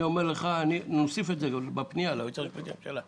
אני אומר לך: נוסיף את זה לפניה ליועץ המשפטי לממשלה.